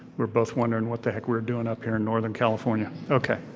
we're both wondering what the heck we're doing up here in northern california, okay.